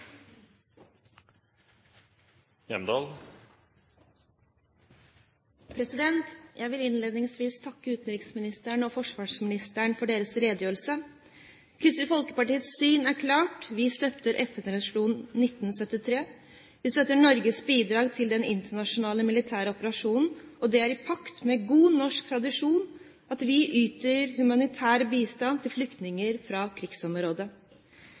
Jeg vil innledningsvis takke utenriksministeren og forsvarsministeren for deres redegjørelser. Kristelig Folkepartis syn er klart. Vi støtter FN-resolusjon 1973. Vi støtter Norges bidrag til den internasjonale militære operasjonen, og det er i pakt med god norsk tradisjon at vi yter humanitær bistand til flyktninger fra krigsområdet.